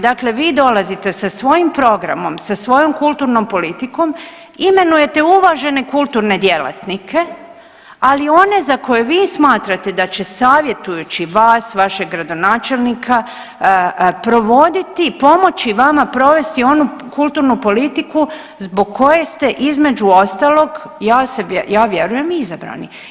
Dakle, vi dolazite sa svojim programom, sa svojom kulturnom politikom, imenujete uvažene kulturne djelatnike ali one za koje vi smatrate da će savjetujući vas, vašeg gradonačelnika provoditi, pomoći vama provesti onu kulturnu politiku zbog koje ste između ostalog, ja vjerujem i izabrani.